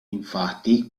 infatti